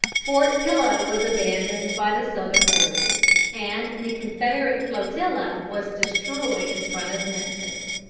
fort pillow was abandoned by the southern forces, and the confederate flotilla was destroyed in front of memphis.